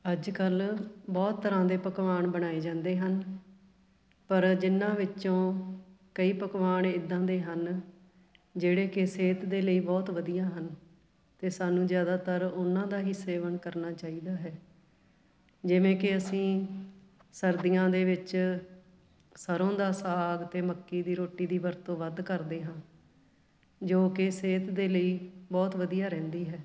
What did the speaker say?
ਅੱਜ ਕੱਲ੍ਹ ਬਹੁਤ ਤਰ੍ਹਾਂ ਦੇ ਪਕਵਾਨ ਬਣਾਏ ਜਾਂਦੇ ਹਨ ਪਰ ਜਿਨ੍ਹਾਂ ਵਿੱਚੋਂ ਕਈ ਪਕਵਾਨ ਇੱਦਾਂ ਦੇ ਹਨ ਜਿਹੜੇ ਕਿ ਸਿਹਤ ਦੇ ਲਈ ਬਹੁਤ ਵਧੀਆ ਹਨ ਅਤੇ ਸਾਨੂੰ ਜ਼ਿਆਦਾਤਰ ਉਹਨਾਂ ਦਾ ਹੀ ਸੇਵਨ ਕਰਨਾ ਚਾਹੀਦਾ ਹੈ ਜਿਵੇਂ ਕਿ ਅਸੀਂ ਸਰਦੀਆਂ ਦੇ ਵਿੱਚ ਸਰ੍ਹੋਂ ਦਾ ਸਾਗ ਅਤੇ ਮੱਕੀ ਦੀ ਰੋਟੀ ਦੀ ਵਰਤੋਂ ਵੱਧ ਕਰਦੇ ਹਾਂ ਜੋ ਕਿ ਸਿਹਤ ਦੇ ਲਈ ਬਹੁਤ ਵਧੀਆ ਰਹਿੰਦੀ ਹੈ